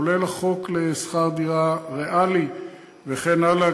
כולל החוק לשכר דירה ריאלי וכן הלאה.